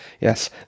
Yes